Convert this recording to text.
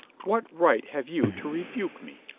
what right have you to re buke me?